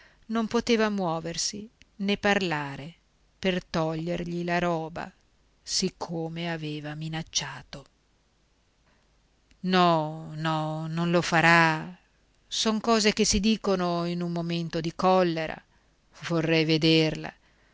non poteva muoversi né parlare per togliergli la roba siccome aveva minacciato no no non lo farà son cose che si dicono in un momento di collera vorrei vederla